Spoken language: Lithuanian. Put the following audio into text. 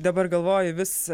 dabar galvoja vis